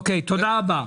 תודה רבה.